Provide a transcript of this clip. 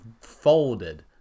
folded